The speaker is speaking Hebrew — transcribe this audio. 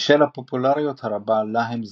בשל הפופולריות הרבה לה הם זוכים,